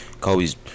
Kobe's –